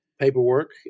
paperwork